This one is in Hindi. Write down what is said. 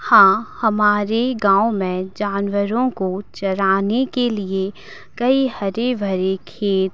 हाँ हमारे गाँव में जानवरों को चराने के लिए कई हरे भरे खेत